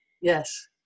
Yes